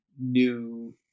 new